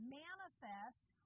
manifest